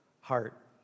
heart